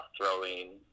throwing